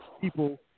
people